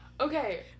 Okay